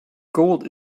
gold